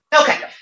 Okay